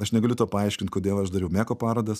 aš negaliu to paaiškint kodėl aš dariau meko parodas